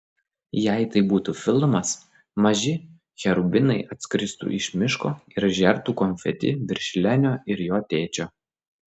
jei tai būtų filmas maži cherubinai atskristų iš miško ir žertų konfeti virš lenio ir jo tėčio